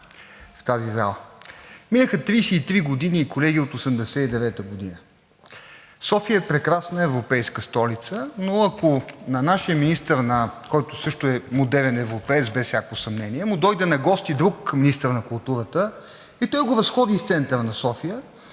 Минаха 33 години, колеги, от 1989 г. София е прекрасна европейска столица, но ако на нашия министър, който също е модерен европеец – без всякакво съмнение, му дойде на гости друг министър на културата и той го разходи из центъра на София,